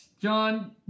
John